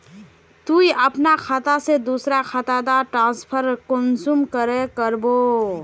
तुई अपना खाता से दूसरा खातात ट्रांसफर कुंसम करे करबो?